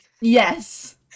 Yes